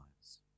lives